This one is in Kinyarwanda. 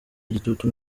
igitutu